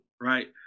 right